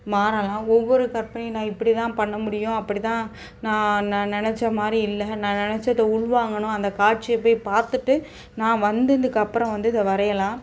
மாறலாம் ஒவ்வொரு கற்பனை நான் இப்படி தான் பண்ண முடியும் அப்படி தான் நான் நான் நினச்ச மாதிரி இல்லை நான் நினச்சத உள் வாங்கணும் அந்த காட்சியை போய் பார்த்துட்டு நான் வந்ததுக்கு அப்புறம் வந்து இதை வரையலாம்